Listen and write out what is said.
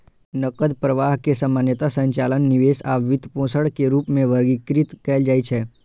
नकद प्रवाह कें सामान्यतः संचालन, निवेश आ वित्तपोषण के रूप मे वर्गीकृत कैल जाइ छै